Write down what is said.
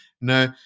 no